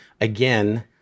again